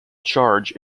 charge